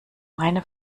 meine